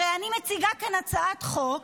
הרי אני מציגה כאן הצעת חוק,